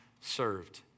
served